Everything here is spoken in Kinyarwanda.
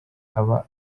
aba